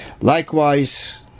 Likewise